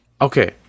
Okay